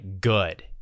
good